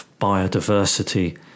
biodiversity